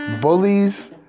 Bullies